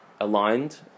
aligned